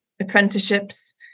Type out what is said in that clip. apprenticeships